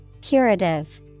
Curative